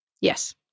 Yes